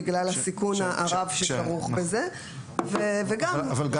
בגלל הסיכון הרב שכרוך בכך --- אבל גם